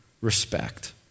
respect